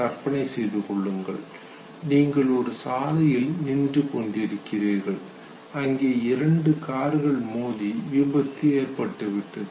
கற்பனை செய்து கொள்ளுங்கள் நீங்கள் ஒரு சாலையில் நின்றுக் கொண்டிருக்கிறீர்கள் அங்கே இரண்டு கார்கள் மோதி விபத்து ஏற்பட்டுவிட்டது